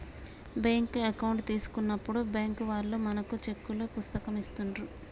bank account తీసుకున్నప్పుడే bank వాళ్ళు మనకు చెక్కుల పుస్తకం ఇస్తాండ్రు